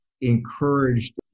encouraged